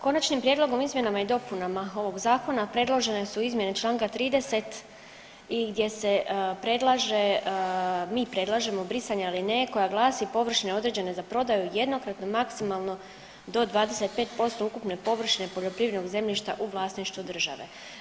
Konačnim prijedlogom izmjenama i dopunama ovoga Zakona predložene su izmjene čl. 30 i gdje se predlaže, mi predlažemo brisanje alineje koja glasi, površine određene za prodaju jednokratno maksimalno do 25% ukupne površine poljoprivrednog zemljišta u vlasništvu države.